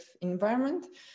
environment